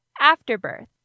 afterbirth